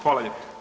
Hvala lijepo.